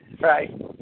Right